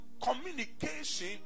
communication